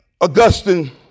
Augustine